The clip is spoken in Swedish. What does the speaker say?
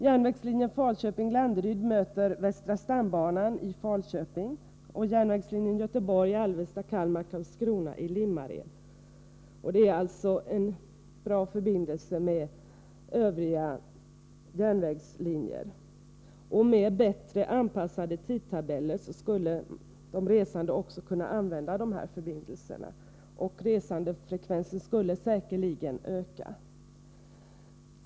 Järnvägslinjen Falköping-Landeryd möter västra stambanan i Falköping och järnvägslinjen Göteborg-Alvesta-Kalmar-Karlskrona i Limmared. Det är alltså en bra förbindelse med övriga järnvägslinjer. Med bättre anpassade tidtabeller skulle de resande också kunna utnyttja dessa förbindelser. Resandefrekvensen skulle säkerligen öka.